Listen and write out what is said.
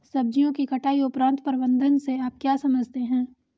सब्जियों की कटाई उपरांत प्रबंधन से आप क्या समझते हैं?